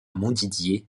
montdidier